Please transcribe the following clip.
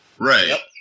Right